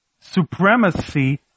supremacy